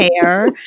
hair